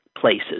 places